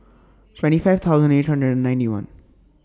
twenty five thousand eight hundred and ninety one